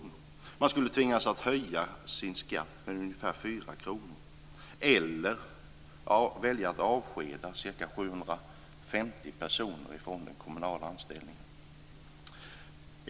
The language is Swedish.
Kommunen skulle tvingas höja skatten med ungefär 4 kr eller välja att avskeda ca 750 personer från kommunal anställning.